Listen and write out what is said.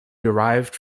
derived